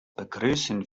begrüßen